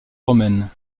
romaine